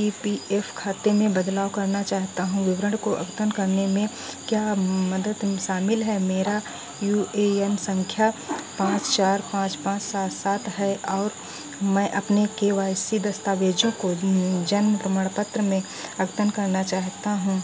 ई P F खाते में बदलाव करना चाहता हूँ विवरण को अद्यतन करने में क्या मदद शामिल हैं मेरा यू ए एन सँख्या पाँच चार पाँच पाँच सात सात है और मैं अपने के वाई सी दस्तावेज़ों को जन्म प्रमाणपत्र में अद्यतन करना चाहता हूँ